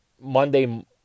Monday